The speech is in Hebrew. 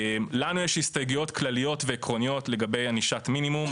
לנו יש הסתייגויות כלליות ועקרוניות לגבי ענישת מינימום,